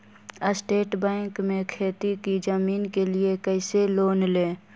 State bank से खेती की जमीन के लिए कैसे लोन ले?